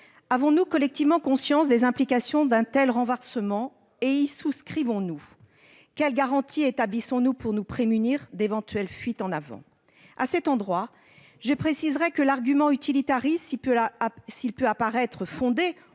Avons-nous collectivement conscience des implications d'un tel renversement ? Y souscrivons-nous ? Quelles garanties établissons-nous pour nous prémunir d'éventuelles fuites en avant ? Si l'argument utilitariste peut apparaître fondé